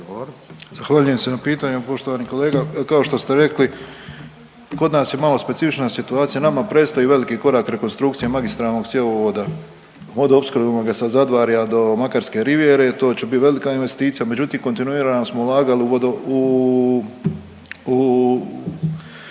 Zahvaljujem se na pitanju, poštovani kolega kao što ste rekli kod nas je malo specifična situacija, nama predstoji veliki korak rekonstrukcije magistralnog cjevovoda vodoopskrbnoga sa Zadvarja do Makarske rivijere, to će bit velika investicija, međutim kontinuirano smo ulagali u